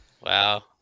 Wow